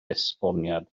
esboniad